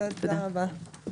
תודה רבה לכולם.